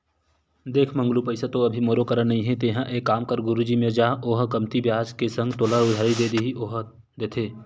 देख मंगलू पइसा तो अभी मोरो करा नइ हे तेंहा एक काम कर गुरुजी मेर जा ओहा कमती बियाज के संग तोला उधारी दिही ओहा देथे